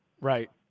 Right